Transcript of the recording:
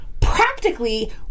Practically